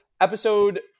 episode